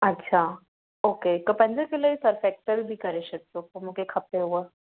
अच्छा okay हिकु पंज किलो जी सर्फ एक्सल बि करे छॾिजो मूंखे खपे हूअं